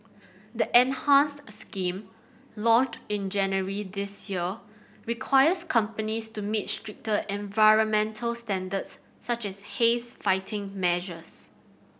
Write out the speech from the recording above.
the enhanced scheme launched in January this year requires companies to meet stricter environmental standards such as haze fighting measures